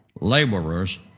laborers